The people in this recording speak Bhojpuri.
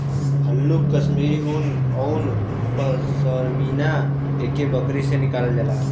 हल्लुक कश्मीरी उन औरु पसमिना एक्के बकरी से निकालल जाला